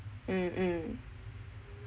mm mm